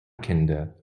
kinder